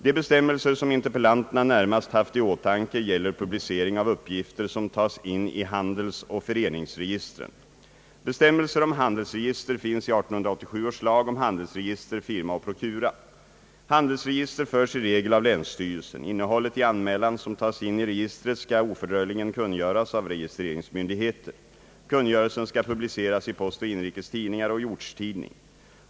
De bestämmelser som interpellanterna närmast haft i åtanke gäller publi cering av uppgifter som tas in i handelsoch föreningsregistren. Bestämmelser om <:handelsregister finns i 1887 års lag om handelsregister, firma och prokura. Handelsregister förs i regel av länsstyrelsen. Innehållet i anmälan som tas in i registret skall ofördröjligen kungöras av registreringsmyndigheten. Kungörelsen skall publiceras i Postoch Inrikes Tidningar och i ortstidning.